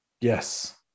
Yes